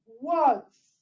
Words